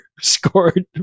scored